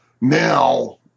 Now